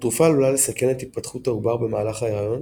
- התרופה עלולה לסכן את התפתחות העובר במהלך ההיריון,